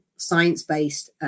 science-based